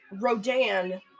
Rodan